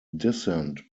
dissent